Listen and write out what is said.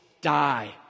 die